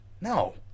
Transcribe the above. No